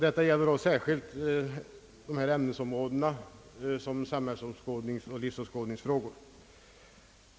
Detta gäller särskilt ämnesområden som samhällsåskådningsoch livsåskådningsfrågor.